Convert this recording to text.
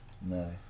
No